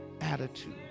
attitude